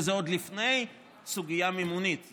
וזה עוד לפני הסוגיה המימונית,